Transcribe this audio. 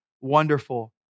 wonderful